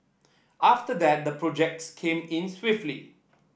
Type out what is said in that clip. after that the projects came in swiftly